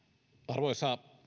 arvoisa